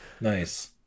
Nice